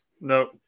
no